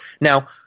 Now